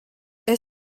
est